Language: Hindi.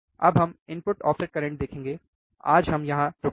अब हम इनपुट ऑफसेट करंट देखेंगे आज हम यहाँ रुकते हैं